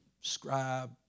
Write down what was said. scribe